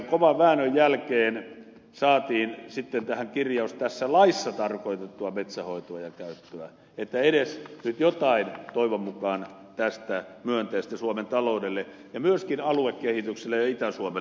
kovan väännön jälkeen saatiin sitten tähän kirjaus tässä laissa tarkoitettua metsänhoitoa ja käyttöä niin että edes nyt toivon mukaan tästä jotain myönteistä suomen taloudelle ja myöskin aluekehitykselle ja itä suomelle syntyisi